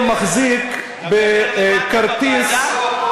מחזיק בכרטיס,